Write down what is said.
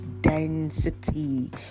density